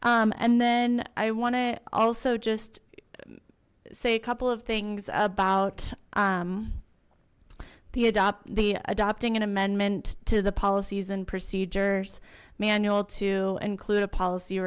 and then i want to also just say a couple of things about the adopt the adopting an amendment to the policies and procedures manual to include a policy